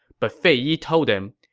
but fei yi told him,